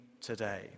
today